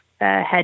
head